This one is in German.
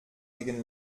gegen